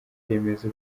remezo